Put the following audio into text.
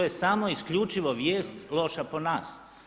To je samo isključivo vijest loša po nas.